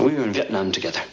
we were in vietnam together